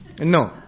No